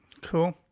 Cool